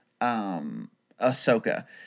Ahsoka